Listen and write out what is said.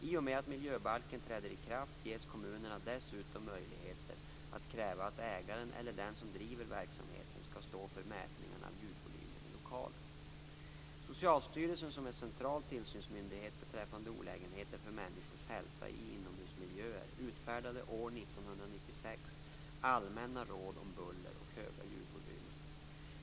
I och med att miljöbalken träder i kraft ges kommunerna dessutom möjligheter att kräva att ägaren eller den som driver verksamheten skall stå för mätningar av ljudvolymen i lokalen. Socialstyrelsen, som är central tillsynmyndiguhet beträffande olägenheter för människors hälsa i inomhusmiljöer utfärdade år 1996 allmänna råd om buller och höga ljudvolymer .